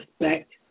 Respect